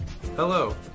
Hello